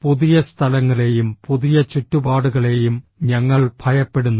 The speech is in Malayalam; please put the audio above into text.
പുതിയ സ്ഥലങ്ങളെയും പുതിയ ചുറ്റുപാടുകളെയും ഞങ്ങൾ ഭയപ്പെടുന്നു